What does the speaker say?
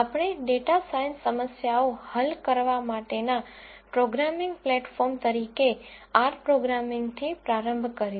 આપણે data science સમસ્યાઓ હલ કરવા માટેના પ્રોગ્રામિંગ પ્લેટફોર્મ તરીકે આર પ્રોગ્રામિંગથી પ્રારંભ કર્યો